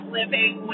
living